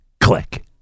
click